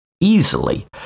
easily